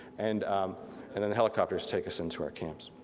and and and helicopters take us into our camps.